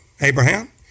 Abraham